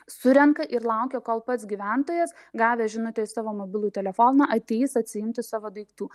surenka ir laukia kol pats gyventojas gavęs žinutę į savo mobilų telefoną ateis atsiimti savo daiktų